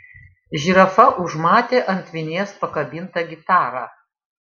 žirafa užmatė ant vinies pakabintą gitarą